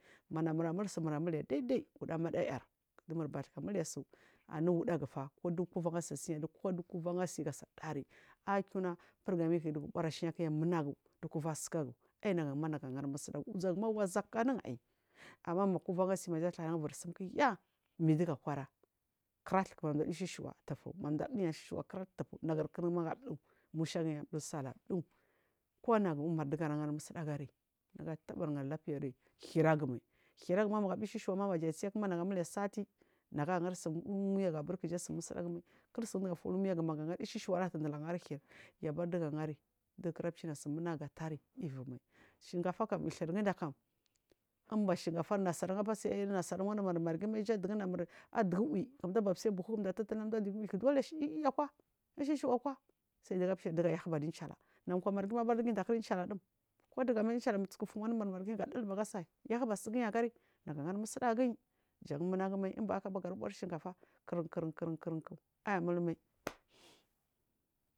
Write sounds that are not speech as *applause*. Majaga manamur a isu mura mwe daidai wuda mada yar dumur baska mwesu au wu dagufa kodu kuvan ase seya kodu kuvan asega dari a kiuna birgama digu buri a shena kya musu dagu dukivan asuka gu uzoguma musudagu anun amma ma kuvan ase nagu akosum kya midigu a kwara krah ishe shewa madu adeya, isheshewa akwa kya tuf naguri krin ri ma magu adu musua aɗu sal aɗu kanagu digara musudagu ra nagu atabari lapiya risuher agumai heraguma magu du isheka wa maja a chekma nagu a mule sati naga an an ngasu umegu mai kjai sumusa dagu u ne an ngasu umegumai kjai sumusa dagu u ne ge mai kilsu ɗu yu abari diga ahari digu kira chenasu munagu ifu shingafa kam hlirguda kam inba shingafar nasara ifurise abir iri nasara wandu mur mai ja dugu namur adugu uwulidu a sai buhu buaɗugu dole seli elel akwa isheshewa akwa sai dugu a shena dugu a yahba adu in chala nagu kwa margi ma abar dugu inda kra ga in chada dum kodugamai inchal musugu fu wandu margi gadilba gasi yah basugin agari nagu a yar musu dagu guda jan munagumai in ba hakaba gar buri shingafa krinkrin amulmai. *noise*